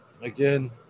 again